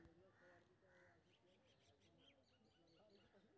Sir हमरो दूय हजार लोन एन.बी.एफ.सी से केना मिलते?